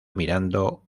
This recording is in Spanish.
mirando